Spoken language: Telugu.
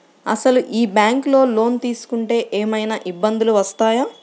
అసలు ఈ బ్యాంక్లో లోన్ తీసుకుంటే ఏమయినా ఇబ్బందులు వస్తాయా?